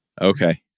Okay